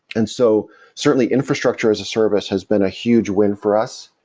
and so certainly, infrastructure as a service has been a huge win for us.